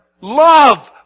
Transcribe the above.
Love